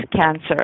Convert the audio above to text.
cancer